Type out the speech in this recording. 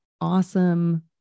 awesome